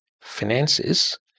finances